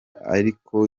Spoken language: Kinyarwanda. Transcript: ariko